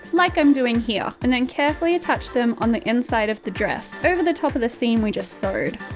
like i'm doing here. and then carefully attach them on the inside of the dress. over the top of the seam we just sewed.